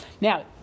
Now